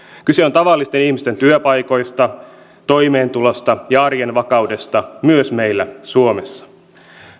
kyse on tavallisten ihmisten työpaikoista toimeentulosta ja arjen vakaudesta myös meillä suomessa